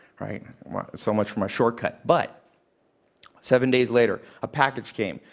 so much for my shortcut. but seven days later, a package came.